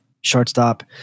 shortstop